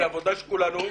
זה עבודה של כולנו,